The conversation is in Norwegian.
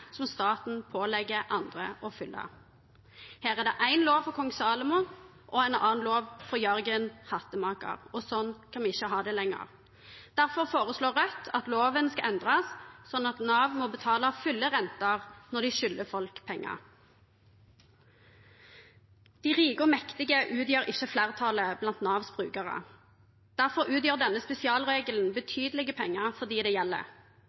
som staten pålegger andre å følge. Her er det én lov for kong Salomo og en annen lov for Jørgen hattemaker, og sånn kan vi ikke ha det lenger. Derfor foreslår Rødt at loven skal endres sånn at Nav må betale fulle renter når de skylder folk penger. De rike og mektige utgjør ikke flertallet blant Navs brukere. Derfor utgjør denne spesialregelen betydelige penger for dem det gjelder.